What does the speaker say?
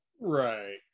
Right